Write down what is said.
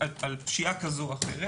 פשיעה כזו או אחרת,